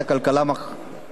מחליטה הכנסת,